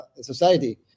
society